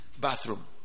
bathroom